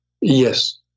Yes